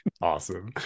Awesome